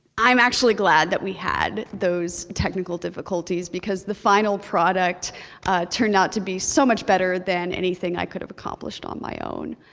i'm actually glad that we had those technical difficulties because the final product turned out to be so much better than anything that i could've accomplished on my own.